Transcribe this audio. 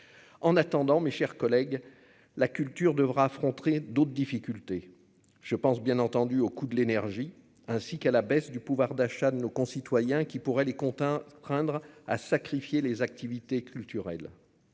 en attendant, mes chers collègues, la culture devra affronter d'autres difficultés, je pense bien entendu au coût de l'énergie, ainsi qu'à la baisse du pouvoir d'achat de nos concitoyens qui pourrait les comptes hein craindre à sacrifier les activités culturelles